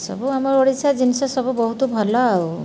ସବୁ ଆମ ଓଡ଼ିଶା ଜିନିଷ ସବୁ ବହୁତ ଭଲ ଆଉ